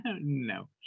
no